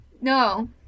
no